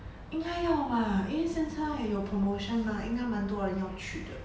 应该要吧因为现在有 promotion mah 应该蛮多人要去的